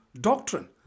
doctrine